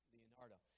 Leonardo